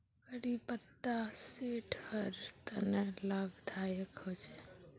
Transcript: करी पत्ता सेहटर तने लाभदायक होचे